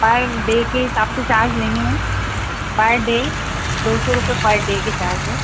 पर डे के हिसाब से चार्ज लेंगे मैम पर डे दो सौ रुपए पर डे के चार्ज हैं